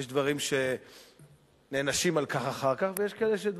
יש דברים שנענשים על כך אחר כך ויש דברים